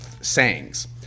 sayings